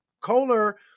Kohler